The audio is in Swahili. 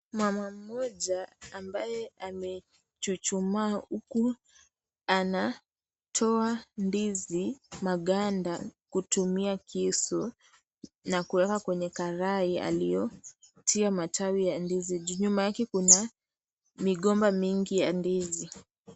Mama mmoja ambaye amechuchumaa huku anatoa maganda kutumia kisu na kuwekwa kwenye karai aliyoitia matawi ya ndizi. Nyuma yake kuna migomba mingi ya ndizi.